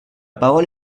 parole